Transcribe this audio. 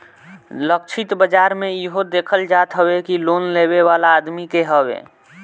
लक्षित बाजार में इहो देखल जात हवे कि लोन लेवे वाला आदमी के हवे